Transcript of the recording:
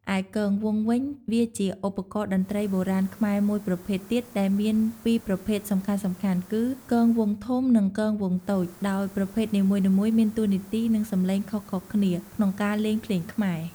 ឯ គងវង់វិញ វាជាឧបករណ៍តន្រ្តីបុរាណខ្មែរមួយប្រភេទទៀតដែលមានពីរប្រភេទសំខាន់ៗគឺ គងវង់ធំ និងគងវង់តូច ដោយប្រភេទនីមួយៗមានតួនាទី និងសំឡេងខុសៗគ្នា ក្នុងការលេងភ្លេងខ្មែរ។